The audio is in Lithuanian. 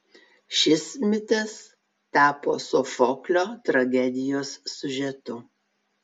šis mitas tapo sofoklio tragedijos siužetu